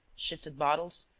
shifted bottles,